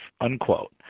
unquote